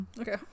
okay